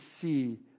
see